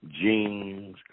jeans